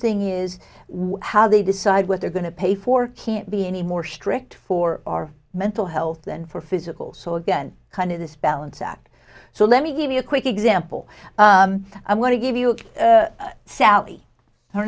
thing is how they decide what they're going to pay for can't be any more strict for our mental health than for physicals so again kind of this balance act so let me give you a quick example i want to give you sally her